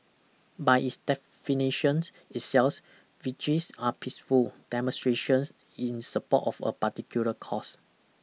by its definition itself vigils are peaceful demonstrations in support of a particular cause